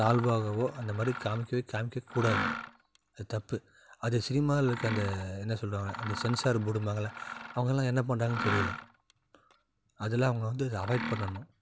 தாழ்வாகவோ அந்த மாதிரி காமிக்கவே காமிக்க கூடாது அது தப்பு அது சினிமாவில இருக்க அந்த என்ன சொல்லுவாங்க அந்த சென்சார் போடும்பாங்கல்ல அவங்கெல்லாம் என்ன பண்ணுறாங்கன்னு தெரியல அதில் அவங்க வந்து அவாயிட் பண்ணணும்